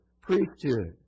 priesthood